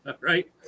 Right